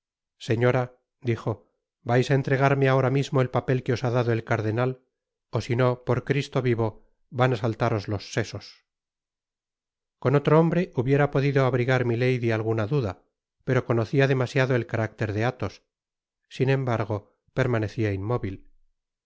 señora dijo vais á entregarme ahora mismo el papel que os ba dado el cardenal ó sino por cristo vivo van á saltaros los sesos con otro hombre hubiera podido abrigar milady alguna duda pero conocia demasiado el carácter de athos sin embargo permanecia inmóvil